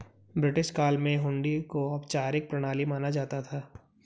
British काल में हुंडी को औपचारिक प्रणाली माना जाता था